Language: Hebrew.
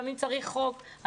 אם צריך חוק,